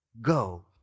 Go